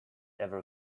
ever